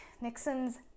Nixon's